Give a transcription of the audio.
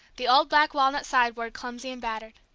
the old black walnut sideboard clumsy and battered.